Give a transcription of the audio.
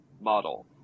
model